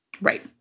Right